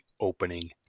opening